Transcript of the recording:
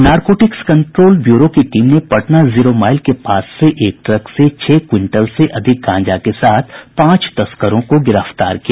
narcotics control bureau की team ने Patna zero mile के पास से एक ट्रक से छह क्विंटल से अधिक गांजा के साथ पांच तस्करों को गिरफ्तार किया है